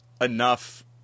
enough